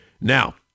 Now